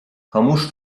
komuż